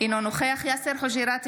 אינו נוכח יאסר חוג'יראת,